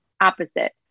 Opposite